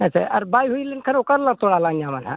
ᱟᱪᱪᱷᱟ ᱟᱨ ᱵᱟᱭ ᱦᱩᱭ ᱞᱮᱱᱠᱷᱟᱱ ᱚᱠᱟ ᱨᱮ ᱞᱟᱝ ᱛᱳᱲᱟ ᱞᱟᱝ ᱧᱟᱢᱟ ᱦᱟᱜ